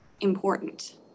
important